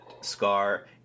scar